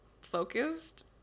focused